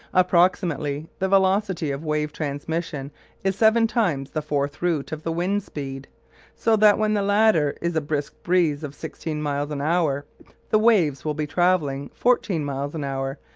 approximately, the velocity of wave transmission is seven times the fourth root of the wind-speed so that when the latter is a brisk breeze of sixteen miles an hour the waves will be travelling fourteen miles an hour,